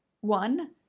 One